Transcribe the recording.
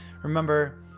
Remember